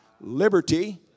liberty